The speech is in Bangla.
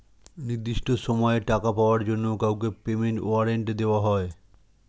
নির্দিষ্ট সময়ে টাকা পাওয়ার জন্য কাউকে পেমেন্ট ওয়ারেন্ট দেওয়া হয়